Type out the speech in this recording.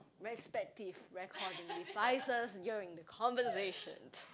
respective recording devices during the conversation